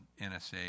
NSA